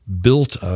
built